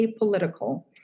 apolitical